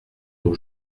aux